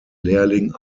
lehrling